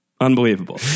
Unbelievable